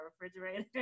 refrigerator